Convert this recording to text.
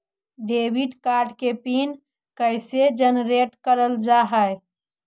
Debit card के PIN कैसे generate करल जाहै?